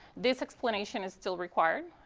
this explanation is still required,